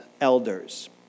elders